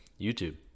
YouTube